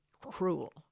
cruel